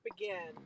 again